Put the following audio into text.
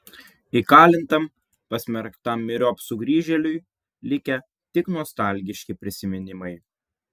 įkalintam pasmerktam myriop sugrįžėliui likę tik nostalgiški prisiminimai